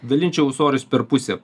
dalinčiau svorius per pusę